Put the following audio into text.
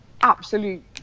absolute